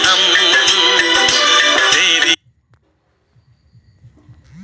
অনলাইনে কিভাবে বিদ্যুৎ বিল মেটাবো?